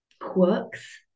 quirks